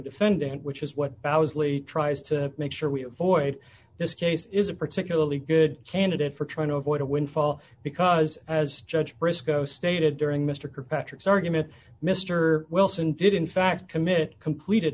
defendant which is what bows lee tries to make sure we avoid this case is a particularly good candidate for trying to avoid a windfall because as judge briscoe stated during mr kirkpatrick's argument mr wilson did in fact commit completed